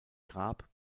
grab